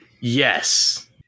Yes